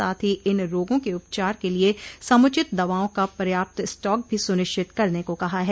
साथ ही इन रोगों के उपचार के लिये समूचित दवाओं का पर्याप्त स्टॉक भी सुनिश्चित करने को कहा है